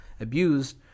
abused